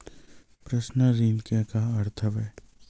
Personal ऋण के का अर्थ हवय?